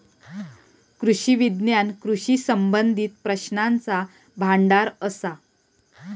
कृषी विज्ञान कृषी संबंधीत प्रश्नांचा भांडार असा